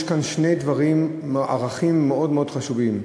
יש כאן שני ערכים מאוד חשובים,